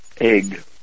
egg